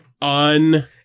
Un